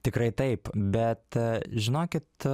tikrai taip bet žinokit